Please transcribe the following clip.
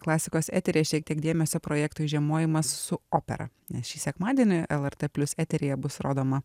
klasikos eteryje šiek tiek dėmesio projektui žiemojimas su opera nes šį sekmadienį lrt plius eteryje bus rodoma